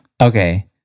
Okay